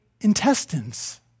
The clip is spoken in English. intestines